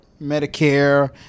Medicare